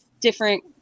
different